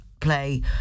play